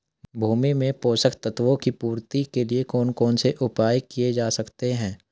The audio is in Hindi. भूमि में पोषक तत्वों की पूर्ति के लिए कौन कौन से उपाय किए जा सकते हैं?